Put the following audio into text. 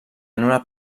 una